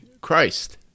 Christ